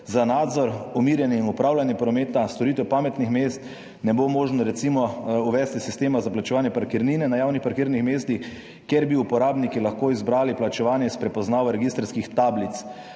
za nadzor, umirjanje in upravljanje prometa, storitev pametnih mest, ne bo možno recimo uvesti sistema za plačevanje parkirnine na javnih parkirnih mestih, kjer bi uporabniki lahko izbrali plačevanje s prepoznavo registrskih tablic,